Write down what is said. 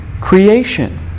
creation